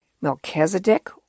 Melchizedek